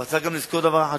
אבל צריך גם לזכור דבר אחד,